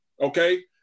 Okay